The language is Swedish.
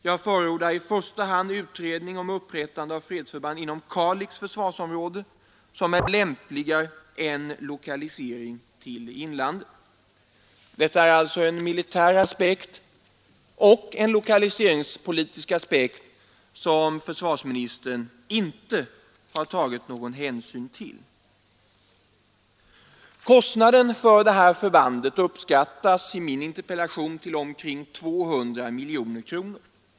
Jag förordar i första hand utredning om upprättande av fredsförband inom Kalix försvarsområde som är lämpligare än lokalisering till inlandet.” Det är alltså en militär och en lokaliseringspolitisk aspekt som försvarsministern inte har tagit någon hänsyn till. Kostnaden för detta förband uppskattas i min interpellation till omkring 200 miljoner kronor.